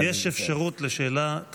יש אפשרות לשאלת המשך.